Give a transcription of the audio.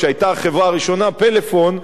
כשהיתה החברה הראשונה "פלאפון",